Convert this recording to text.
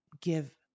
give